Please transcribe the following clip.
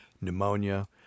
pneumonia